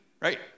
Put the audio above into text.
right